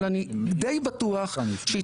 אני לא בטוח שזה מה שקורה,